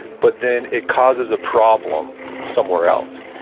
but then it causes a problem somewhere else.